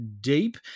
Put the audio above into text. deep